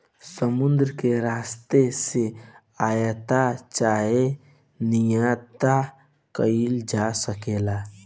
समुद्र के रस्ता से आयात चाहे निर्यात कईल जा सकेला